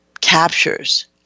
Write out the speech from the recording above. captures